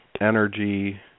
energy